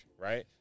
right